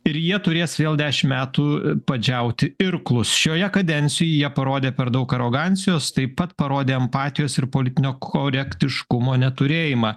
ir jie turės vėl dešim metų padžiauti irklus šioje kadencijoje jie parodė per daug arogancijos taip pat parodė empatijos ir politinio korektiškumo neturėjimą